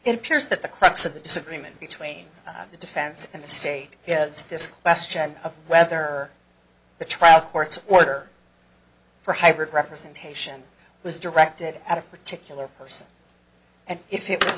it appears that the crux of the disagreement between the defense and state has this question of whether the traffic court order for hybrid representation was directed at a particular person and if it was